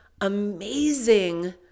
amazing